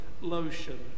lotion